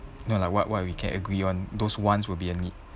you know like what what we can agree on those wants will be a need